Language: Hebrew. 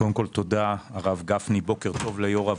קודם כול, תודה, הרב גפני, בוקר טוב לוועדה,